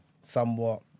somewhat